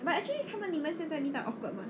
but actually 他们你现在 meet up awkward mah